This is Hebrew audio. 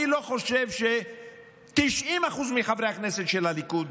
אני לא חושב ש-90% מחברי הכנסת של הליכוד